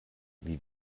wie